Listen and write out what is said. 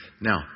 Now